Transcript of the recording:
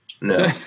No